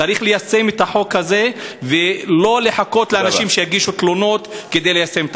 צריך ליישם את החוק הזה ולא לחכות לאנשים שיגישו תלונות כדי ליישם אותו.